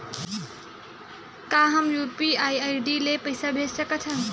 का हम UPI ID ले पईसा भेज सकथन?